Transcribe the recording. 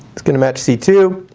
is going to match c two.